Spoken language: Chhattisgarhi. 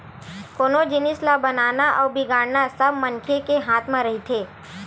कोनो जिनिस ल बनाना अउ बिगाड़ना सब मनखे के हाथ म रहिथे